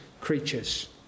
creatures